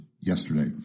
yesterday